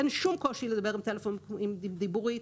אין שום קושי לדבר בטלפון עם דיבורית.